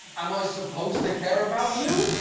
am i supposed to care about you?